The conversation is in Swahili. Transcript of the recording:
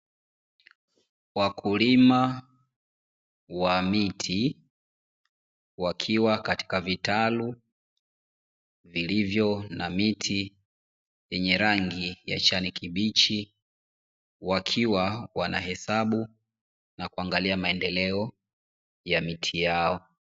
Wakulima wa miti, wakiwa katika vitalu vilivyo na miti yenye rangi ya kijani kibichi, wakiwa wanahesabu na kuangalia maendeleo ya miti yao.